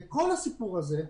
ואחרי כל הסיפור הזה,